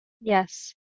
Yes